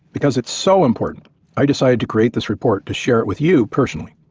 because it's so important i decided to create this report to share it with you personally,